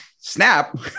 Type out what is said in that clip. snap